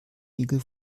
riegel